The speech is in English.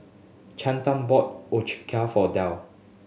Chantel bought Ochazuke for Dale